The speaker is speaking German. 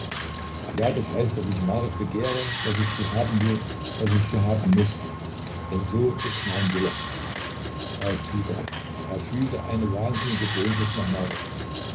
ja das heißt daß ich marit begehre daß ich sie haben will daß ich sie haben muß denn so ist mein wille falk fieberte er fühlte eine wahnsinnige sehnsucht nach marit